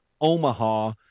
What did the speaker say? Omaha